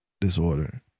disorder